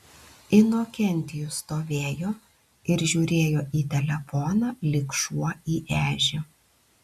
inokentijus stovėjo ir žiūrėjo į telefoną lyg šuo į ežį